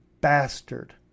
bastard